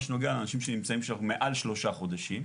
שנוגע לאנשים שנמצאים שם מעל 3 חודשים.